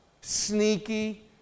Sneaky